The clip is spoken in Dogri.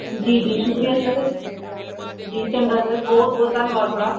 जी जी शुक्रिया सर जी चंगा सर बोह्त बोह्त धन्नवाद थोआड़ा